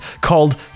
called